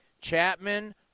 Chapman